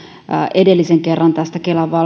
edellisen kerran kelan